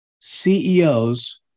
CEOs